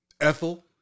Ethel